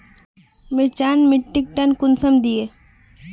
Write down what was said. मिर्चान मिट्टीक टन कुंसम दिए?